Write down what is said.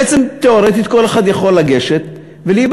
בעצם, תיאורטית, כל אחד יכול לגשת ולהיבחר.